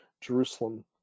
Jerusalem